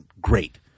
great